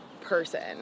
person